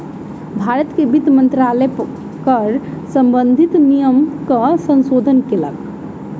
भारत के वित्त मंत्रालय कर सम्बंधित नियमक संशोधन केलक